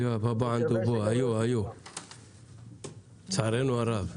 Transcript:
כבר היו מקרים בעבר, לצערנו הרב.